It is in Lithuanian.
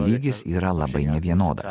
lygis yra labai nevienodas